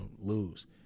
lose